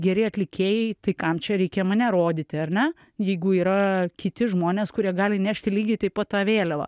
geri atlikėjai tai kam čia reikia mane rodyti ar ne jeigu yra kiti žmonės kurie gali nešti lygiai taip pat tą vėliavą